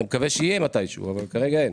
אני מקווה שיהיה מתי שהוא אבל כרגע אין,